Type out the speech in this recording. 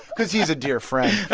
because he's a dear friend.